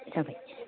जाबाय